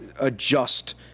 adjust